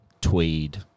tweed